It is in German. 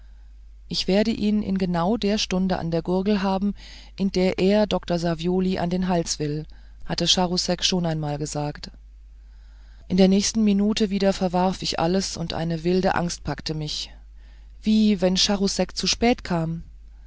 ich werde ihn genau in der stunde an der gurgel haben in der er dr savioli an den hals will hatte charousek schon einmal gesagt in der nächsten minute wieder verwarf ich alles und eine wilde angst packte mich wie wenn charousek zu spät kam